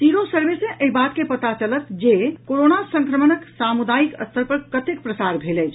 sero survey सँ एहि बात के पता चलत जे कोरोना संक्रमणक सामुदायिक स्तर पर कतेक प्रसार भेल अछि